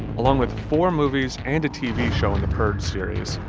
along with four movies and a tv show in the purge series,